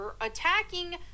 attacking